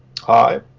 Hi